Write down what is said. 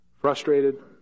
frustrated